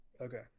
Okay